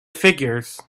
figures